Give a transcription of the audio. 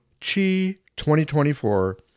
CHI2024